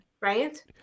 right